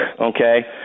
Okay